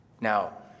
Now